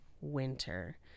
winter